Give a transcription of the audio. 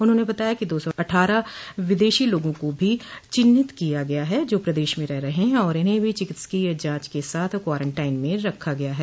उन्होंने बताया कि दो सौ अठ्ठारह विदेशी लोगों को भी चिन्हित किया गया है जो प्रदेश में रह रहे हैं इन्हें भी चिकित्सकीय जाँच के साथ कॉरेनटाइन में रखा गया है